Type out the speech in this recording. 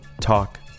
talk